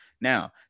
Now